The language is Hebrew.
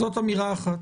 זאת אמירה אחת.